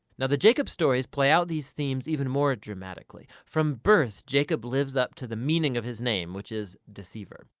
now the jacob stories play out these themes even more dramatically. from birth, jacob lives up to the meaning of his name, which is deceiver.